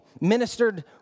ministered